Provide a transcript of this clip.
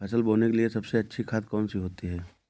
फसल बोने के लिए सबसे अच्छी खाद कौन सी होती है?